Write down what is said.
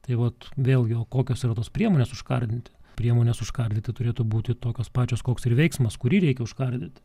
tai vat vėlgi o kokios yra tos priemonės užkardinti priemones užkardyti turėtų būti tokios pačios koks ir veiksmas kurį reikia užkardyti